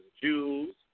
Jews